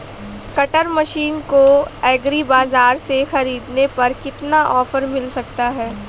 Cutter machine को agri बाजार से ख़रीदने पर कितना ऑफर मिल सकता है?